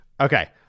Okay